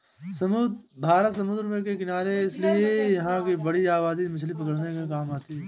भारत समुद्र के किनारे है इसीलिए यहां की बड़ी आबादी मछली पकड़ने के काम करती है